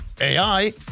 AI